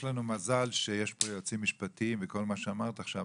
יש לנו מזל שיש פה יועצים משפטיים וכל מה שאמרת עכשיו,